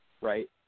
right